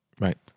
right